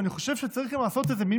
ואני חושב שצריך גם לעשות איזה מין